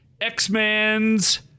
X-Men's